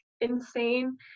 insane